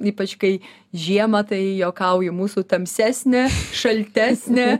ypač kai žiemą tai juokauju mūsų tamsesnė šaltesnė